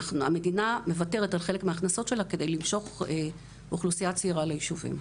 המדינה מוותרת על חלק מההכנסות שלה כדי למשוך אוכלוסייה צעירה לישובים.